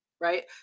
right